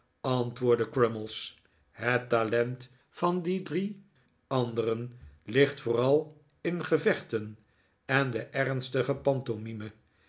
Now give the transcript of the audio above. antwoordde crummies het talent van die drie anderen ligt vooral in gevechten en de ernstige